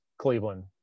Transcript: Cleveland